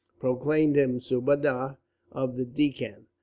proclaimed him subadar of the deccan,